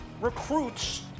recruits